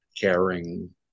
caring